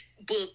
book